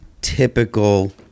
typical